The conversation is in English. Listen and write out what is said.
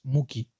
Muki